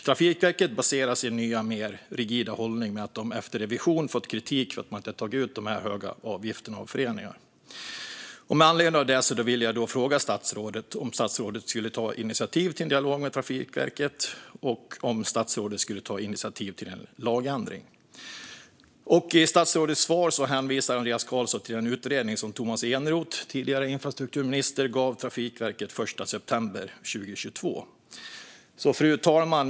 Trafikverket baserar sin nya, mer rigida hållning på att de efter revision har fått kritik för att de inte har tagit ut dessa höga avgifter av föreningar. Med anledning av detta vill jag fråga statsrådet om statsrådet skulle kunna ta initiativ till en dialog med Trafikverket och om statsrådet skulle kunna ta initiativ till en lagändring. I sitt svar hänvisar Andreas Carlson till en utredning som Tomas Eneroth, tidigare infrastrukturminister, den 1 september 2022 gav Trafikverket i uppdrag att genomföra. Fru talman!